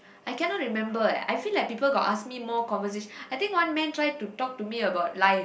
I cannot remember eh I feel like people got ask me more conversation~ I think one man try to talk to me about life